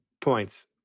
points